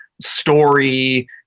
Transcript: story